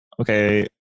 okay